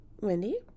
Wendy